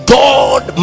god